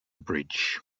bridge